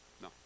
No